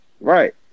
Right